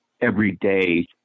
everyday